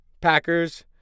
Packers